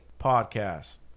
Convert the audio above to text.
Podcast